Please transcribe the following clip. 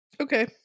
Okay